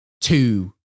Two